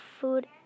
food